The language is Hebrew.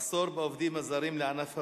מחסור בעובדים זרים לענף הבנייה,